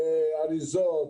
לאריזות.